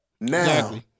Now